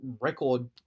record